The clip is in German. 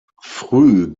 früh